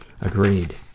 Agreed